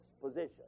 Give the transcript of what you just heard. position